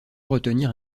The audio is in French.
retenir